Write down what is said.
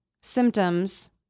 symptoms